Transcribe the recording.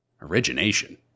Origination